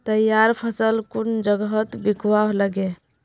तैयार फसल कुन जगहत बिकवा लगे?